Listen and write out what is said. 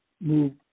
move